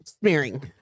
smearing